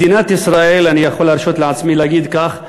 מדינת ישראל, אני יכול להרשות לעצמי להגיד כך,